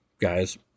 guys